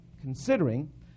considering